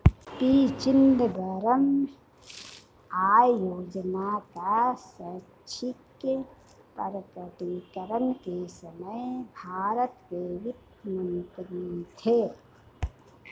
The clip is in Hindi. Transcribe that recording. पी चिदंबरम आय योजना का स्वैच्छिक प्रकटीकरण के समय भारत के वित्त मंत्री थे